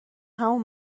همون